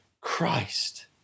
Christ